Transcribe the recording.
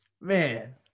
man